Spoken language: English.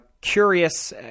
curious